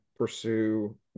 pursue